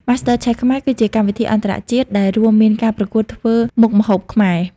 Master Chef Khmer គឺជាកម្មវិធីអន្តរជាតិដែលរួមមានការប្រកួតធ្វើមុខម្ហូបខ្មែរ។